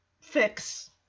fix